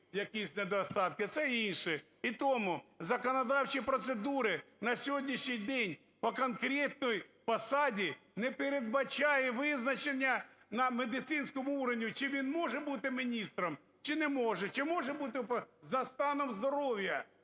якісь недостатки, це інше. І тому законодавчі процедури на сьогоднішній день по конкретній посаді не передбачають визначення на медицинському уровні, чи він може бути міністром, чи може бути… За станом здоров'я!